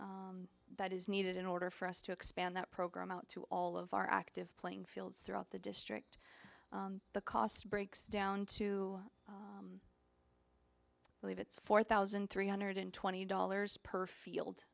amount that is needed in order for us to expand that program out to all of our active playing fields throughout the district the cost breaks down to believe it's four thousand three hundred twenty dollars per field